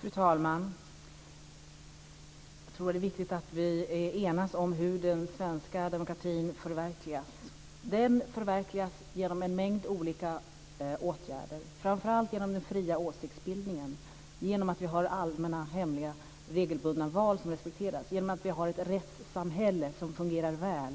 Fru talman! Jag tror att det är viktigt att vi enas om hur den svenska demokratin förverkligas. Den förverkligas genom en mängd olika åtgärder. Det sker framför allt genom den fria åsiktsbildningen, genom att vi har allmänna, hemliga och regelbundna val som respekteras, genom att vi har ett rättssamhälle som fungerar väl